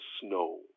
Snow